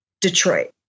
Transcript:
Detroit